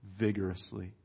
vigorously